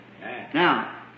Now